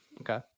Okay